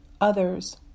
others